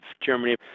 Germany